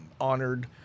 honored